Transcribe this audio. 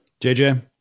JJ